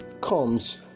comes